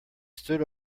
stood